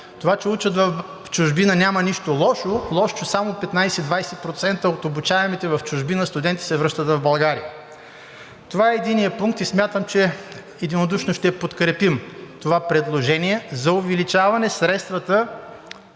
Това, че учат в чужбина, няма нищо лошо, лошото е, че само 15 – 20% от обучаемите в чужбина студенти се връщат в България. Това е единият пункт и смятам, че единодушно ще подкрепим това предложение за увеличаване средствата